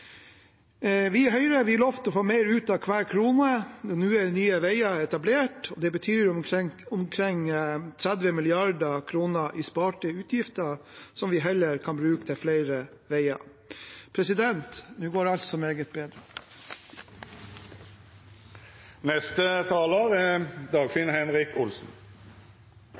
Vi i Høyre lovte å få mer ut av hver krone. Nå er Nye Veier etablert, og det betyr omkring 30 mrd. kr i sparte utgifter som vi heller kan bruke til flere veier. Nu går alt så meget bedre.